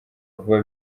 vuba